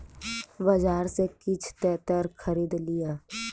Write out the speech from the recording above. बजार सॅ किछ तेतैर खरीद लिअ